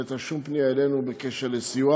לא הייתה שום פנייה אלינו בקשר לסיוע.